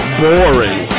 boring